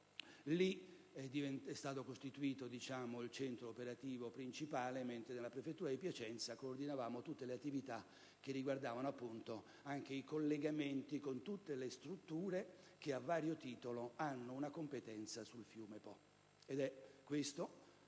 Lì è stato costituito il centro operativo principale, mentre dalla prefettura di Piacenza coordinavamo le attività che riguardavano anche i collegamenti con tutte le strutture che, a vario titolo, hanno una competenza sul fiume Po.